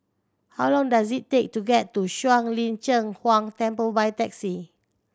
how long does it take to get to Shuang Lin Cheng Huang Temple by taxi